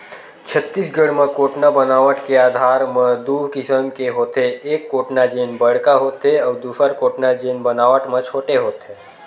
छत्तीसगढ़ म कोटना बनावट के आधार म दू किसम के होथे, एक कोटना जेन बड़का होथे अउ दूसर कोटना जेन बनावट म छोटे होथे